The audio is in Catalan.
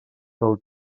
del